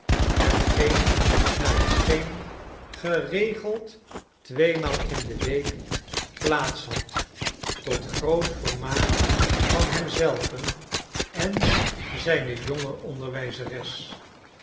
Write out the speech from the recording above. hetgeen naar het scheen geregeld tweemaal in de week plaats had tot groot vermaak van hem zelven en zijne jonge onderwijzeres